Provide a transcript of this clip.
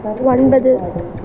ஒன்பது